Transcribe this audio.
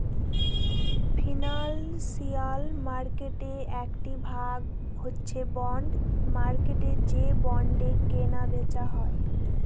financial মার্কেটের একটি ভাগ হচ্ছে বন্ড মার্কেট যে বন্ডে কেনা বেচা হয়